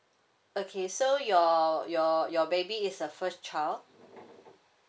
okay so your your your baby is a first child